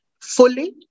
fully